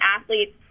athletes